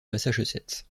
massachusetts